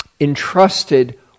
entrusted